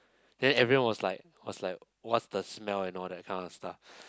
then everyone was like was like what's the smell and all that kind of stuff